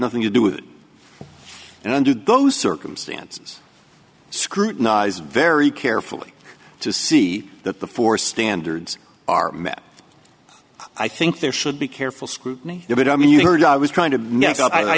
nothing to do with it and under those circumstances scrutinize very carefully to see that the four standards are met i think there should be careful scrutiny of it i mean you heard i was trying to